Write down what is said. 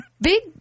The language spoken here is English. big